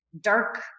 dark